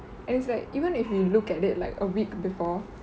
and it's like even if you look at it like a week before